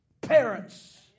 parents